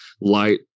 light